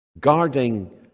guarding